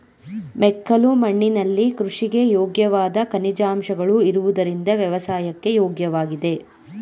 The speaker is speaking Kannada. ಮೆಕ್ಕಲು ಮಣ್ಣಿನಲ್ಲಿ ಕೃಷಿಗೆ ಯೋಗ್ಯವಾದ ಖನಿಜಾಂಶಗಳು ಇರುವುದರಿಂದ ವ್ಯವಸಾಯಕ್ಕೆ ಯೋಗ್ಯವಾಗಿದೆ